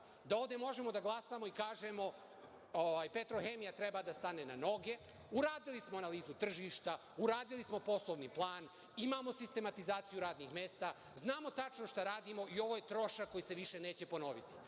da ovde možemo da glasamo i kažemo - „Petrohemija“ treba da stane na noge, uradili smo analizu tržišta, uradili smo poslovni plan, imamo sistematizaciju radnih mesta, znamo tačno šta radimo i ovo je trošak koji se više neće ponoviti. Naravno,